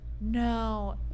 No